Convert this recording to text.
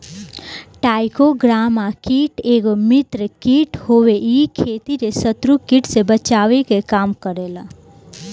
trichogramma कीट एगो मित्र कीट हवे इ खेत के शत्रु कीट से बचावे के काम करेला